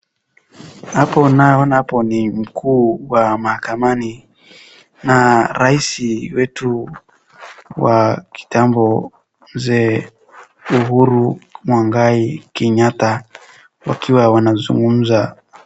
Hapa unaye ona hapo ni mkuu wa mahakamani na rais wetu wa kitambo Mzee Uhuru Muigai Kenyatta wakiwa wanazungumza.